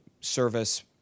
service